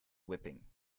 whipping